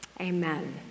Amen